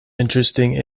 interesting